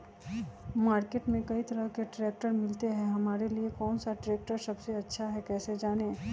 Market में कई तरह के ट्रैक्टर मिलते हैं हमारे लिए कौन सा ट्रैक्टर सबसे अच्छा है कैसे जाने?